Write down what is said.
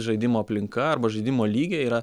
žaidimo aplinka arba žaidimo lygiai yra